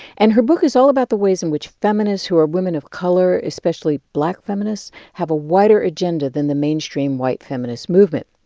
and her book is all about the ways in which feminists who are women of color, especially black feminists, have a wider agenda than the mainstream white feminist movement.